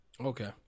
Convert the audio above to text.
Okay